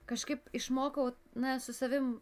kažkaip išmokau na su savim